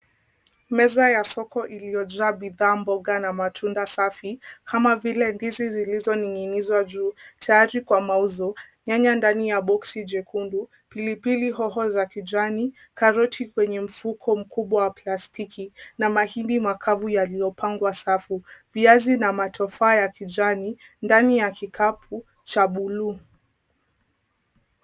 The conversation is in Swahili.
Meza ya soko iliyojaa bidhaa, mboga na matunda safi. Kama vile ndizi zilizoning'inizwa juu, tayari kwa mauzo. Nyanya ndani ya boksi jekundu, pilipili hoho za kijani, karoti kwenye mfuko mkubwa wa plastiki, na mahindi makavu yaliyopangwa safu. Viazi na matofaa ya kijani ndani ya kikapu cha buluu.